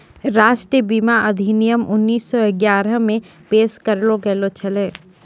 राष्ट्रीय बीमा अधिनियम उन्नीस सौ ग्यारहे मे पेश करलो गेलो छलै